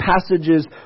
passages